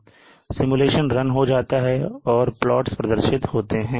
simulation run हो जाता है और प्लॉट्स प्रदर्शित होते हैं